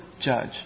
judge